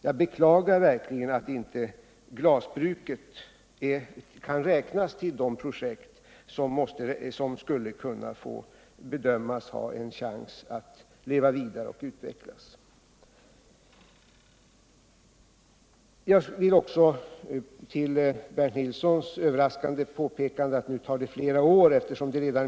Jag beklagar verkligen att glasbruket inte kan räknas till de projekt som bedöms ha en chans att leva vidare och utvecklas. Bernt Nilsson gjorde ett överraskande påpekande om att denna fråga nu kommer att ta flera år.